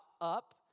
up